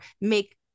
make